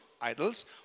idols